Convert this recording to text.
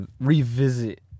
revisit